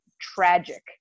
tragic